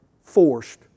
forced